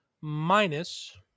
minus